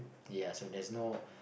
ya so there's no